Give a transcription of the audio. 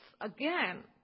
again